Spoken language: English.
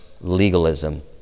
legalism